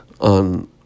on